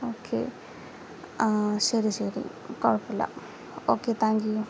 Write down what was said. okay ആ ശരി ശരി കുഴപ്പമില്ല ഓക്കെ താങ്ക്യൂ